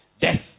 death